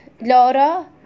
Laura